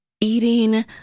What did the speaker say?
eating